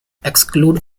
excludes